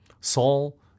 Saul